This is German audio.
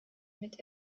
mit